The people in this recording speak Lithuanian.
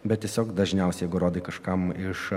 bet tiesiog dažniausiai jeigu rodai kažkam iš